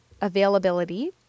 availability